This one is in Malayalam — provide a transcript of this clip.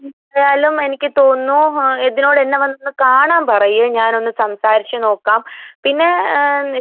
എന്തായാലും എനിക്ക് തോന്നുന്നു യതിനോടെന്നെ വന്നൊന്ന് കാണാൻ പറയു ഞാനൊന്ന് സംസാരിച്ച് നോക്കാം പിന്നെ